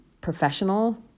professional